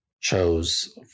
chose